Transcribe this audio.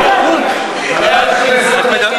חברת הכנסת רות קלדרון, נא לשבת במקומך.